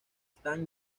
stan